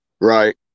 Right